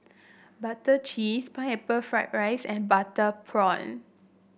Prata Cheese Pineapple Fried Rice and Butter Prawn